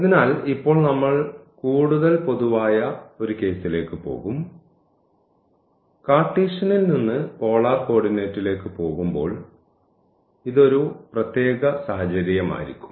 അതിനാൽ ഇപ്പോൾ നമ്മൾ കൂടുതൽ പൊതുവായ ഒരു കേസിലേക്ക് പോകും കാർട്ടീഷ്യനിൽ നിന്ന് പോളാർ കോർഡിനേറ്റിലേക്ക് പോകുമ്പോൾ ഇത് ഒരു പ്രത്യേക സാഹചര്യമായിരിക്കും